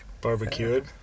barbecued